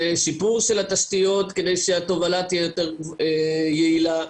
ושיפור של התשתיות כדי שהתובלה תהיה יותר יעילה,